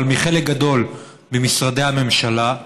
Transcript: אבל מחלק גדול ממשרדי הממשלה,